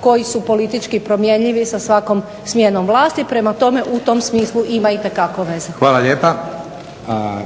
koji su politički promjenljivi sa svakom smjenom vlasti. Prema tome u tom smislu ima itekako veze. **Leko, Josip (SDP)** Hvala lijepo.